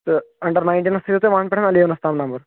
تہٕ اَنڈَر نایِنٹیٖنَس تھٲیزیو تُہۍ وَن پٮ۪ٹھ اَلیونَس تام نمبَر